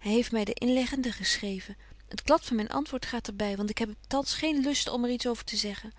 hy heeft my den inleggenden geschreven het klad van myn antwoord gaat er by want ik heb thans geen lust om er iets over te zeggen